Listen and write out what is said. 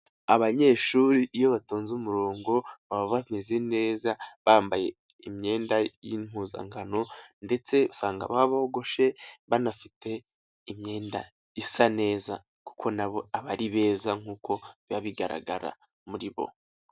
Abanyeshuri iyo batonze umurongo baba bameze neza, bambaye imyenda y'impuzankano ndetse usanga babogoshe banafite imyenda isa neza kuko nabo ari beza nkuko biba bigaragara muri bo.